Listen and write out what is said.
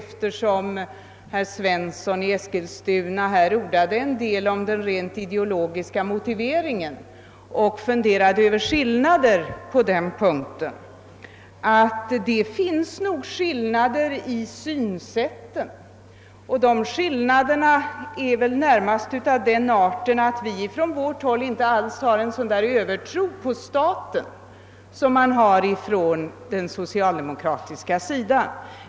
Eftersom herr Svensson i Eskilstuna ordade en del om den rent ideologiska motiveringen och anförde funderingar över skilda åsikter på den punkten vill jag mycket kort slå fast att det säkerligen finns skillnader i synsätten. En skillnad är den att vi inom vårt parti inte har en sådan där övertro på staten som man har på socialdemokratiskt håll.